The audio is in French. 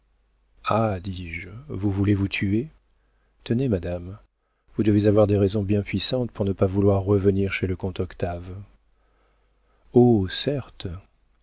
ah dis-je vous voulez vous tuer tenez madame vous devez avoir des raisons bien puissantes pour ne pas vouloir revenir chez le comte octave oh certes